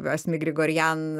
asmik grigorian